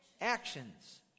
actions